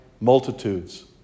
multitudes